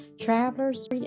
travelers